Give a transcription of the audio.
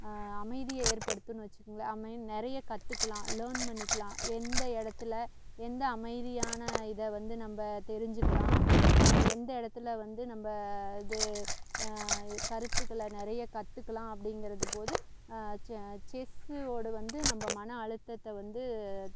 அமைதியை ஏற்படுத்துன்னு வச்சிக்கோங்களேன் அது மாதிரி நிறைய கற்றுக்கலாம் லேர்ன் பண்ணிக்கலாம் எந்த இடத்துல எந்த அமைதியான இதை வந்து நம்ப தெரிஞ்சிக்கலாம் எந்த இடத்துல வந்து நம்ப இது கருத்துக்களை நிறையா கற்றுக்கலாம் அப்படிங்கிறத போது செஸ்ஸுவோட வந்து நம்ப மன அழுத்தத்தை வந்து